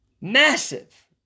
Massive